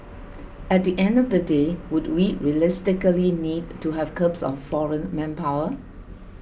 at the end of the day would we realistically need to have curbs on foreign manpower